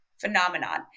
phenomenon